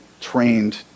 trained